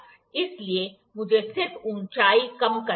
इसलिए मुझे सिर्फ ऊंचाई कम करनी है